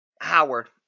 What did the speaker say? Howard